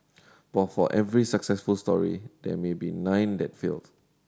but for every successful story there may be nine that failed